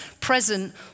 present